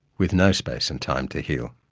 with no space and time to heal.